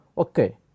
Okay